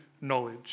knowledge